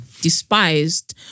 despised